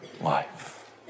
life